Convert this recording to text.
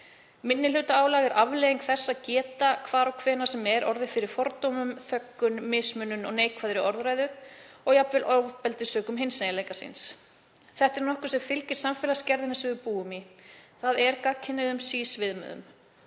Minnihlutaálag er afleiðing þess að geta hvar og hvenær sem er orðið fyrir fordómum, þöggun, mismunun og neikvæðri orðræðu og jafnvel ofbeldi sökum hinseginleika síns. Þetta er nokkuð sem fylgir samfélagsgerðinni sem við búum við, þ.e. gagnkynhneigðum sís-viðmiðum.